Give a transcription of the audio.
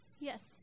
yes